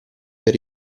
per